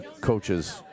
coaches